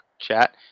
chat